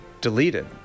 deleted